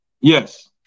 Yes